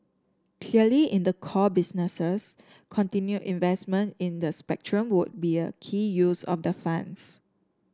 clearly in the core businesses continue investment in spectrum would be a key use of the funds